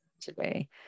today